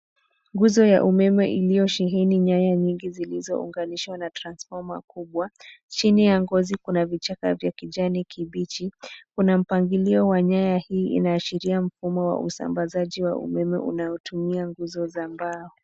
Nguzo ya umeme iliyo sheheni nyaya nyingi zilizo unganishwa na transformer kubwa . Chini ya ngozi kuna vlchaka vya kijani kibichi kuna mpangilio wa nyaya hii ina ashiria mfumo wa usambazaji wa umeme unaotumia nguzo za mbao.